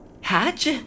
Hatch